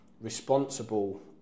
responsible